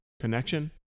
connection